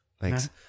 Thanks